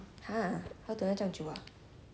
ya quite a lot of movie actually 还有什么 movie ah